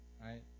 right